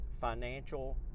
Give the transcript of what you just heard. financial